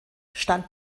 stand